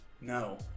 No